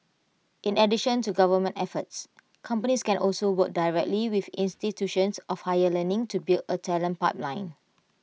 in addition to government efforts companies can also work directly with institutions of higher learning to build A talent pipeline